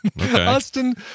austin